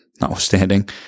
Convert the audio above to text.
notwithstanding